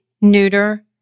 neuter